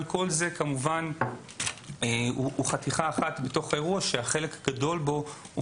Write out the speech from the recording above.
אבל כל זה כמובן הוא חתיכה אחת בתוך האירוע שהחלק הגדול בו הוא